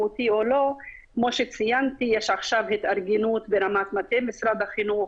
יש עכשיו התארגנות ברמת מטה משרד החינוך,